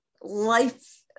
life